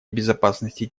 безопасности